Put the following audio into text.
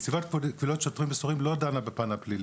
נציבת קבילות שוטרים וסוהרים לא דנה בפן הפלילי.